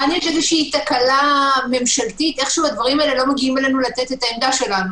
זו תקלה ממשלתית איכשהו הדברים האלה לא מגיעים אלינו לתת את עמדתנו.